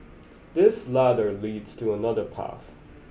this ladder leads to another path